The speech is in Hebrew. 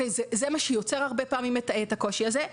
זה מה שיוצר הרבה פעמים את הקושי הזה.